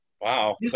wow